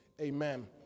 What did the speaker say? Amen